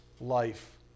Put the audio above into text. life